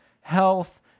health